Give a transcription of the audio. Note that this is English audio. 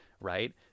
right